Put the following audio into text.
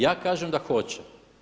Ja kažem da hoće.